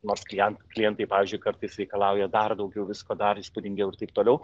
nors klient klientai pavyzdžiui kartais reikalauja dar daugiau visko dar įspūdingiau ir taip toliau